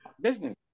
business